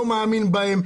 לא מאמין בהם.